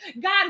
God